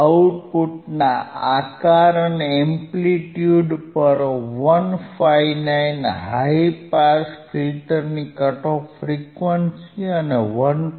આઉટપુટના આકાર અને એમ્પ્લીટ્યુડ પર 159 હાઇ પાસ ફિલ્ટરની કટ ઓફ ફ્રીક્વન્સી અને 1